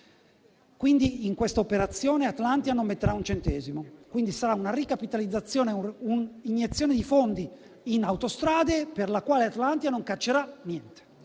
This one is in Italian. quota. In questa operazione Atlantia non metterà quindi un centesimo; sarà una ricapitalizzazione e un'iniezione di fondi in Autostrade per la quale Atlantia non "caccerà" niente.